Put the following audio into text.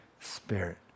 Spirit